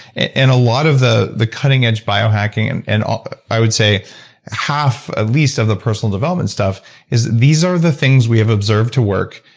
and a lot of the the cutting-edge bio hacking and and i would say half at ah least of the personal development stuff is these are the things we have observed to work,